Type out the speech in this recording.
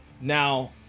Now